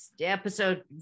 episode